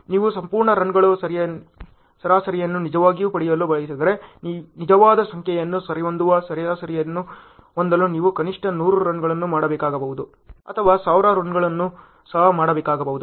ನೀವು ಸಂಪೂರ್ಣ ರನ್ಗಳ ಸರಾಸರಿಯನ್ನು ನಿಜವಾಗಿಯೂ ಪಡೆಯಲು ಬಯಸಿದರೆ ನಿಜವಾದ ಸಂಖ್ಯೆಗೆ ಸರಿಹೊಂದುವ ಸರಾಸರಿಯನ್ನು ಹೊಂದಲು ನೀವು ಕನಿಷ್ಟ 100 ರನ್ಗಳನ್ನು ಮಾಡಬೇಕಾಗಬಹುದು ಅಥವಾ 1000 ರನ್ಗಳನ್ನು ಸಹ ಮಾಡಬೇಕಾಗಬಹುದು